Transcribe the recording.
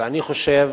ואני חושב